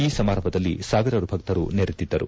ಈ ಸಮಾರಂಭದಲ್ಲಿ ಸಾವಿರಾರು ಭಕ್ಕರು ನೆರೆದಿದ್ದರು